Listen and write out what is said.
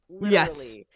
Yes